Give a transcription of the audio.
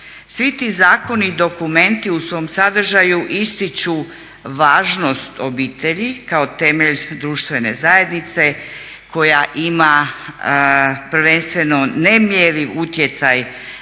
Svi ti zakoni i dokumenti u svom sadržaju ističu važnost obitelji kao temelj društvene zajednice koja ima prvenstveno nemjerljiv utjecaj